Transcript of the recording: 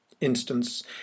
instance